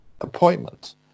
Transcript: appointment